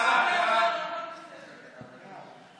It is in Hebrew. ההצעה להעביר את הצעת חוק המקרקעין (תיקון מס'